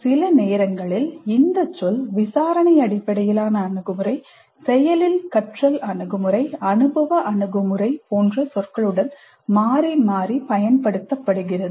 சில நேரங்களில் இந்த சொல் விசாரணை அடிப்படையிலான அணுகுமுறை செயலில் கற்றல் அணுகுமுறை அனுபவ அணுகுமுறை போன்ற சொற்களுடன் மாறி மாறி பயன்படுத்தப்படுகிறது